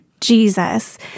Jesus